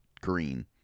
green